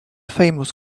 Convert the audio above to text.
famous